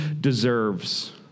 deserves